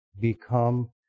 become